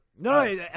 No